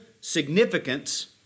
significance